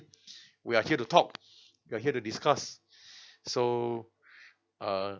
we are here to talk you're here to discuss so uh